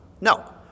No